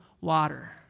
water